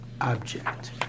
object